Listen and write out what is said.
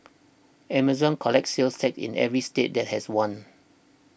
Amazon collects sales tax in every state that has one